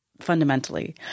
fundamentally